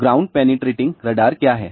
ground penetrating radar क्या है